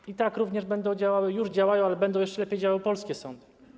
I tak również będą działały, już działają, ale będą jeszcze lepiej działały polskie sądy.